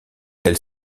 elle